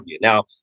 Now